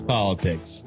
Politics